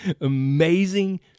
amazing